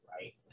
right